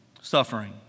suffering